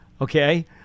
okay